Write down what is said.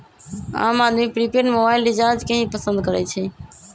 आम आदमी prepaid mobile recharge के ही पसंद करई छई